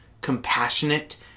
compassionate